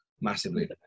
massively